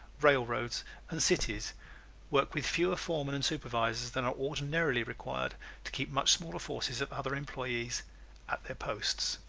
railroads and cities work with fewer foremen and supervisors than are ordinarily required to keep much smaller forces of other employees at their posts.